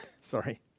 sorry